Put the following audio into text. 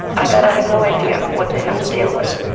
i bet i have no idea what they have to deal with.